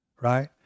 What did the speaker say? right